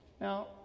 Now